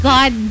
God